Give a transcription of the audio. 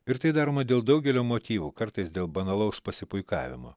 ir tai daroma dėl daugelio motyvų kartais dėl banalaus pasipuikavimo